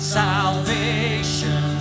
salvation